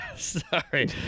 Sorry